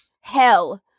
hell